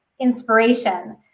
inspiration